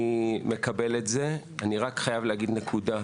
אני מקבל את זה אבל אני חייב להגיד רק נקודה.